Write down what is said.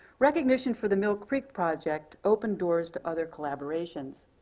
recognition for the mill creek project opened doors to other collaborations.